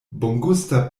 bongusta